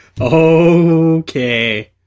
Okay